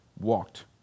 walked